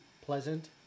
Pleasant